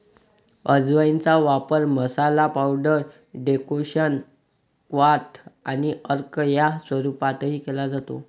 अजवाइनचा वापर masala, powder, decoction, क्वाथ आणि अर्क या स्वरूपातही केला जातो